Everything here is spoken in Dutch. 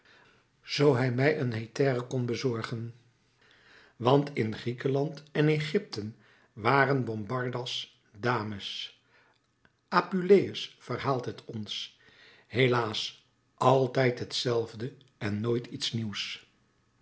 zoo hij mij een hetaire kon bezorgen want in griekenland en egypte waren bombardas dames apuleus verhaalt het ons helaas altijd hetzelfde en nooit iets nieuws